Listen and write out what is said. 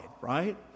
right